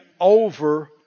over